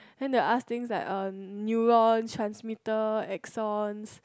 and then they'll ask things like uh neuron transmitters axons